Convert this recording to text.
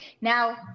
Now